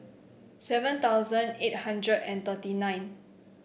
seven thousand eight hundred and thirty nine